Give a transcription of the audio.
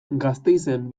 gasteizen